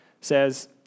says